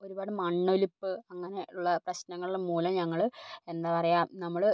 ഒരുപാട് മണ്ണൊലിപ്പ് അങ്ങനെയുള്ള പ്രശ്നങ്ങള് മൂലം ഞങ്ങള് എന്താ പറയുക നമ്മള്